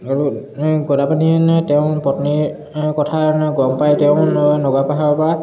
আৰু গদাপাণিয়ে নে তেওঁৰ পত্নীৰ কথা গম পাই তেওঁ নগাপাহাৰৰ পৰা